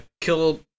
kill